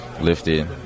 lifted